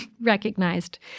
recognized